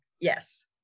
Yes